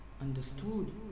understood